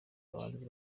bahanzi